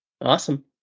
awesome